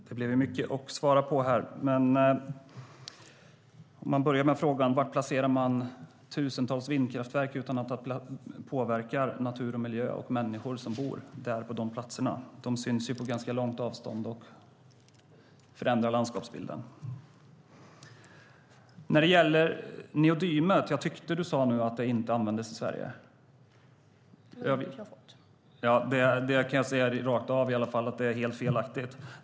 Herr talman! Det blev mycket att svara på. Låt mig börja med frågan om var tusentals vindkraftverk ska placeras utan att påverka natur, miljö och de människor som bor på de platserna. De syns på långt avstånd och förändrar landskapsbilden. Sedan var det frågan om neodymet. Jag tyckte du sade att det inte används i Sverige. Jag kan säga rakt av att det är helt felaktigt.